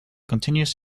continuous